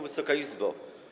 Wysoka Izbo!